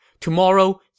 Tomorrow